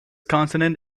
continent